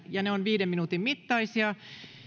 viiden minuutin mittaisia